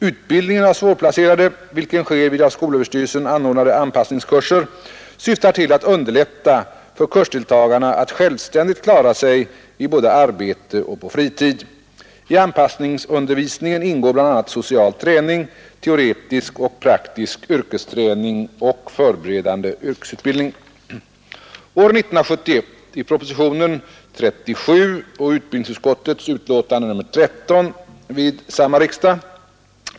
Utbildningen av svårplacerade, vilken sker vid av skolöverstyrelsen anordnade anpassningskurser, syftar till att underlätta för kursdeltagarna att självständigt klara sig både i arbete och på fritid. I anpassningsundervisningen ingår bl.a. social träning, teoretisk och praktisk yrkesträning och förberedande yrkesutbildning.